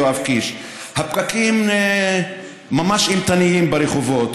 יואב קיש: הפקקים ממש אימתניים ברחובות,